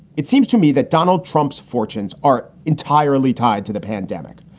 it seems to me that donald trump's fortunes are entirely tied to the pandemic.